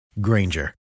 Granger